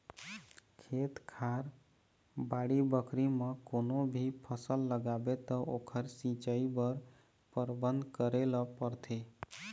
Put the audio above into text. खेत खार, बाड़ी बखरी म कोनो भी फसल लगाबे त ओखर सिंचई बर परबंध करे ल परथे